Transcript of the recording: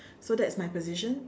so that's my position